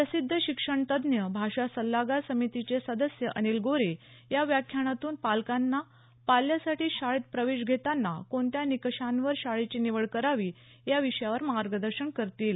प्रसिध्द शिक्षण तज्ज्ञ भाषा सल्लागार समितीचे सदस्य अनिल गोरे या व्याख्यानातून पालकांना पाल्यासाठी शाळेत प्रवेश घेतांना कोणत्या निकषांवर शाळेची निवड करावी या विषयावर मार्गदर्शन करतील